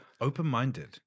open-minded